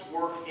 work